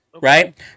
right